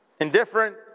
indifferent